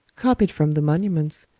copied from the monuments,